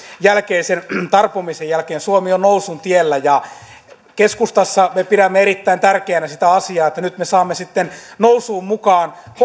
jälkeisen tarpomisen jälkeen suomi on nousun tiellä keskustassa me pidämme erittäin tärkeänä sitä asiaa että nyt me saamme sitten nousuun mukaan